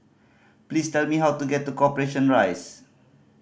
please tell me how to get to Corporation Rise